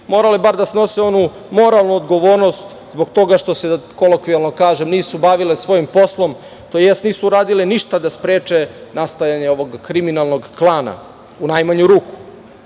morale bar da snose onu moralnu odgovornost zbog toga što se kolokvijalno kaže – nisu bavile svojim poslom, tj. nisu radile ništa da spreče nastajanje ovog kriminalnog klana, u najmanju ruku. Isto